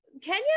Kenya